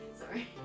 sorry